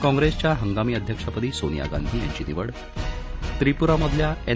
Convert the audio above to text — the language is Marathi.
काँग्रेसच्या हंगामी अध्यक्षपदी सोनिया गांधी यांची निवड त्रिपूरामधल्या एन